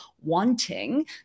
wanting